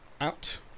out